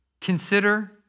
consider